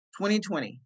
2020